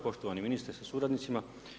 Poštovani ministre sa suradnicima.